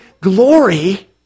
glory